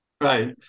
Right